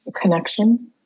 connection